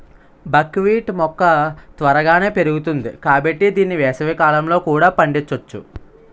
బక్ wheat మొక్క త్వరగానే పెరుగుతుంది కాబట్టి దీన్ని వేసవికాలంలో కూడా పండించొచ్చు